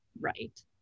right